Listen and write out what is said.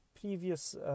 previous